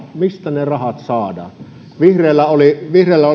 mistä ne rahat saadaan vihreillä oli